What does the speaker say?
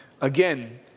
Again